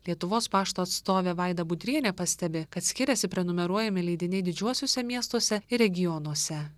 lietuvos pašto atstovė vaida budrienė pastebi kad skiriasi prenumeruojami leidiniai didžiuosiuose miestuose ir regionuose